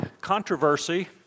controversy